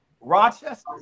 Rochester